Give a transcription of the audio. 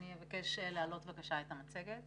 אני מבקשת להעלות את המצגת.